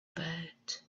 bed